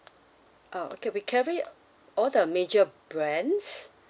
oh okay we carry all the major brands